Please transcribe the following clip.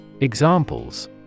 Examples